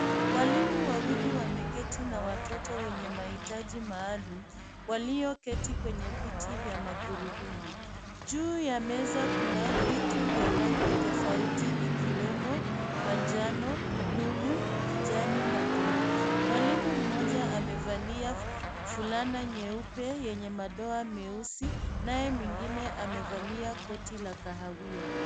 Walimu wawili wameketi na watoto wenye mahitaji maalum walioketi kwenye viti vya magurudumu. Juu ya meza kuna vitu vya rangi tofauti ikiwemo manjano, lulu, kijani na buluu. Mwalimu mmoja amevalia fulana nyeupe yenye madoa meusi naye mwingine amevalia koti la kahawia.